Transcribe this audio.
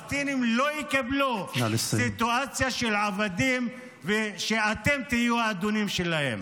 הפלסטינים לא יקבלו סיטואציה של עבדים שאתם תהיו האדונים שלהם.